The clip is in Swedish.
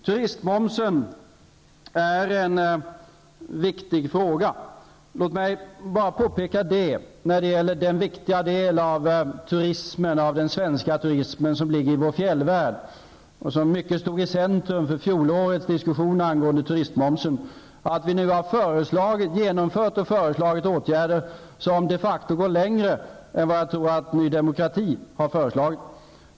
Turistmomsen är en viktig fråga. Fjällvärlden står för en mycket viktig del av den svenska turismen, och den stod i centrum för fjolårets diskussion om turistmomsen. Vi har nu föreslagit och genomfört åtgärder som de facto går längre än några åtgärder som jag tror att Ny Demokrati har föreslagit.